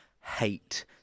hate